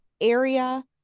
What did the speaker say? area